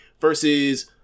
versus